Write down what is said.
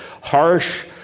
harsh